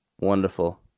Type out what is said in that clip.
wonderful